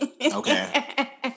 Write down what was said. Okay